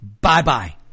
Bye-bye